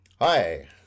Hi